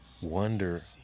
wonder